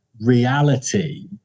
reality